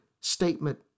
statement